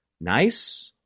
nice